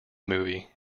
movie